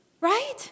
Right